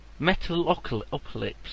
Metalocalypse